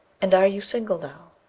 and are you single now?